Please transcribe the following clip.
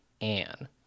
Anne